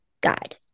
guide